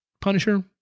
punisher